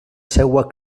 seua